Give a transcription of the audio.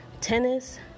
tennis